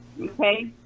okay